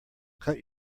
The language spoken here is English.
cut